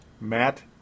Matt